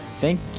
Thank